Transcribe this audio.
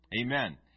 Amen